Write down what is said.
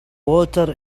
water